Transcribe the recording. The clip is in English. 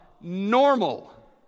Normal